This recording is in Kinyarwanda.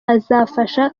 azafasha